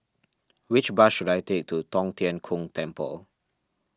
which bus should I take to Tong Tien Kung Temple